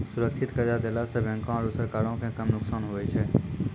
सुरक्षित कर्जा देला सं बैंको आरू सरकारो के कम नुकसान हुवै छै